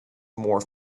more